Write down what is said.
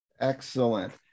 excellent